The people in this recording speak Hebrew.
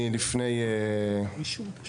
אני לפני תקופה,